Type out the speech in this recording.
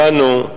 אנחנו הבנו,